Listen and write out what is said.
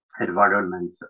environment